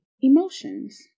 emotions